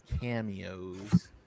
cameos